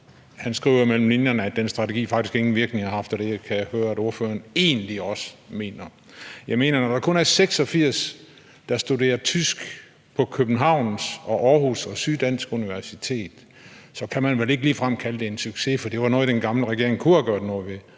han skriver mellem linjerne, at den strategi faktisk ingen virkning har haft, og det kan jeg høre at ordføreren egentlig også mener. Jeg mener, at når der kun er 86 i alt, der studerer tysk på Københavns Universitet, Aarhus Universitet og Syddansk Universitet, kan man vel ikke ligefrem kalde det en succes, for det var noget, den gamle regering kunne have gjort noget